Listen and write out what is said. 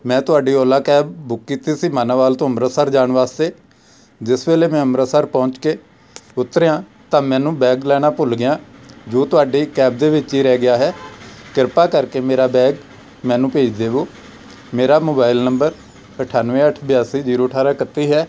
ਮੈਂ ਤੁਹਾਡੀ Ola cab book ਕੀਤੀ ਸੀ ਮਾਨੋਵਾਲ ਤੋਂ ਅੰਮ੍ਰਿਤਸਰ ਜਾਣ ਵਾਸਤੇ ਜਿਸ ਵੇਲੇ ਮੈਂ ਅੰਮ੍ਰਿਤਸਰ ਪਹੁੰਚ ਕੇ ਉਤਰਿਆ ਤਾਂ ਮੈਨੂੰ ਬੈਗ ਲੈਣਾ ਭੁੱਲ ਗਿਆ ਜੋ ਤੁਹਾਡੀ ਕੈਬ ਦੇ ਵਿੱਚ ਹੀ ਰਹਿ ਗਿਆ ਹੈ ਕਿਰਪਾ ਕਰਕੇ ਮੇਰਾ ਬੈਗ ਮੈਨੂੰ ਭੇਜ ਦੇਵੋ ਮੇਰਾ ਮੋਬਾਇਲ ਨੰਬਰ ਅਠਾਨਵੇਂ ਅੱਠ ਬਿਆਸੀ ਜੀਰੋ ਅਠਾਰਾਂ ਇਕੱਤੀ ਹੈ